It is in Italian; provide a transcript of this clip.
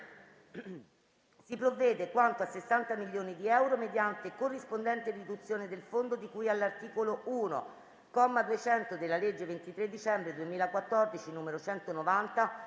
si provvede quanto a 60 milioni di euro mediante corrispondente riduzione del Fondo di cui all'articolo l, comma 200, della legge 23 dicembre 2014, n. 190,